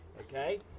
okay